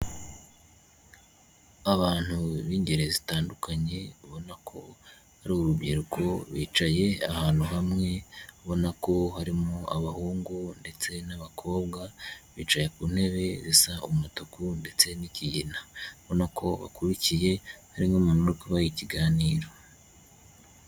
Abantu b'ingeri zitandukanye ubona ko ari urubyiruko, bicaye ahantu hamwe ubona ko harimo abahungu, ndetse n'abakobwa, bicaye ku ntebe zisa umutuku, ndetse n'ikigina, ubona ko bakurikiye ari nkumuntu urikabaha ikiganiro.